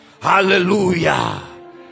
Hallelujah